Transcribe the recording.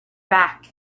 back